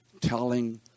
telling